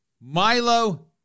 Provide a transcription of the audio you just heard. Milo